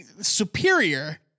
Superior